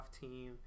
team